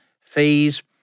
fees